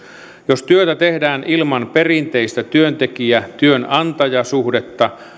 jos työtä tehdään ilman perinteistä työntekijä työnantaja suhdetta